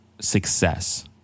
success